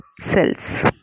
cells